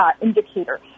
indicator